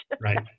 Right